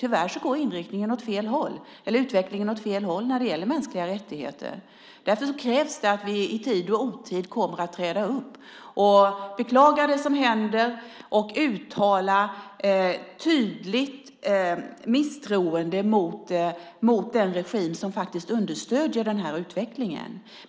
Tyvärr går utvecklingen åt fel håll när det gäller mänskliga rättigheter. Därför krävs det att vi i tid och otid träder fram och beklagar det som händer och uttalar ett tydligt misstroende mot den regim som understöder den här utvecklingen.